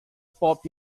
pop